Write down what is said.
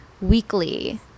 weekly